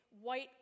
white